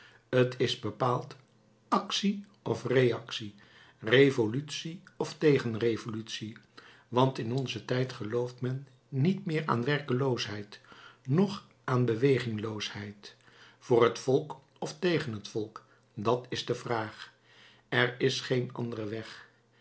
t is bepaald actie of reactie revolutie of tegenrevolutie want in onzen tijd gelooft men niet meer aan werkeloosheid noch aan bewegingloosheid voor het volk of tegen het volk dat is de vraag er is geen andere weg